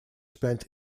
spent